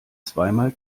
zweimal